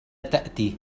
تأتي